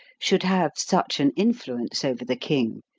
should have such an influence over the king,